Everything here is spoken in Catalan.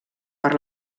per